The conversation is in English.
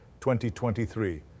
2023